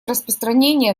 распространения